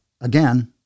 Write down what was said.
again